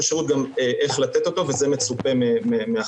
השירות גם איך לתת אותו וזה מצופה מהחברות.